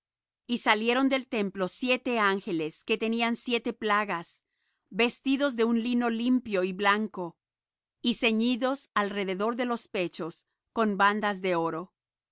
y salieron del templo siete ángeles que tenían siete plagas vestidos de un lino limpio y blanco y ceñidos alrededor de los pechos con bandas de oro